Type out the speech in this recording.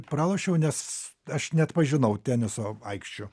pralošiau nes aš neatpažinau teniso aikščių